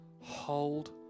Hold